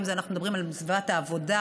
אם אנחנו מדברים על סביבת העבודה,